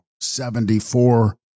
seventy-four